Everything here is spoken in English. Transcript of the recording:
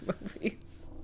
movies